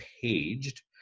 paged